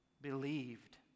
believed